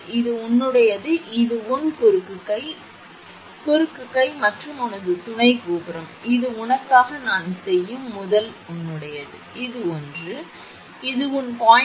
இது உன்னுடையது இது உன் குறுக்கு கை இது குறுக்கு கை மற்றும் இது உனது துணை கோபுரம் இது உனக்காக நான் செய்யும் முதல் உன்னுடையது இது ஒன்று இது உன் 0